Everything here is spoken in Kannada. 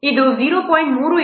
ಇದು 0